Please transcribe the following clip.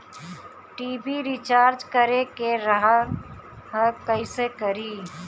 TV recharge करे के रहल ह कइसे करी?